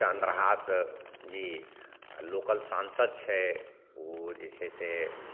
चन्द्रहास जी आओर लोकल सांसद छै ओ जे छै ओ जे छै से